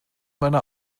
meiner